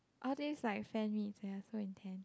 all this like fan meets they are so intense